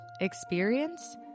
experience